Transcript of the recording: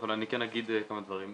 אבל אני כן אגיד כמה דברים.